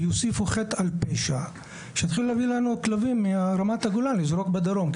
יוסיפו חטא על פשע ויתחילו להביא לנו כלבים מרמת הגולן ולזרוק בדרום.